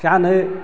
जानो